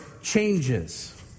changes